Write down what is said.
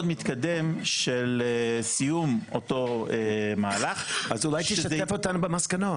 מתקדם של סיום אותו מהלך --- אז אולי תשתף אותנו במסקנות.